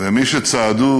מי שצעדו